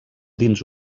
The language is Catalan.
dins